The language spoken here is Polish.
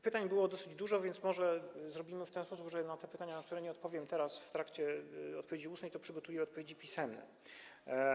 Pytań było dosyć dużo, więc może zrobimy w ten sposób, że na pytania, na które nie odpowiem teraz, w trakcie odpowiedzi ustnej, przygotuję odpowiedzi pisemne.